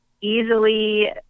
easily